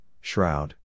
shroud